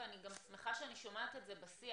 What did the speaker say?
ואני גם שמחה שאני שומעת את זה בשיח,